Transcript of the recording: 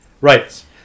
Right